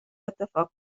اتفاق